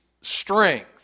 strength